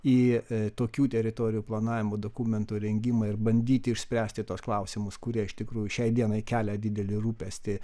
į tokių teritorijų planavimo dokumentų rengimą ir bandyti išspręsti tuos klausimus kurie iš tikrųjų šiai dienai kelia didelį rūpestį